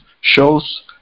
shows